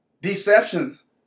Deceptions